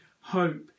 hope